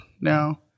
now